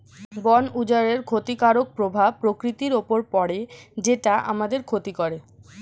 বন উজাড়ের ক্ষতিকারক প্রভাব প্রকৃতির উপর পড়ে যেটা আমাদের ক্ষতি করে